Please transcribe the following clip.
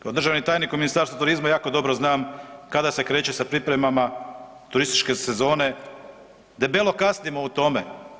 Kao državni tajnik u Ministarstvu turizma jako dobro znam kada se kreće sa pripremama turističke sezone, debelo kasnimo u tome.